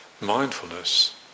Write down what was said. Mindfulness